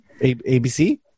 ABC